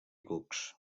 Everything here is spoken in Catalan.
cucs